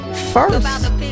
first